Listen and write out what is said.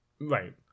Right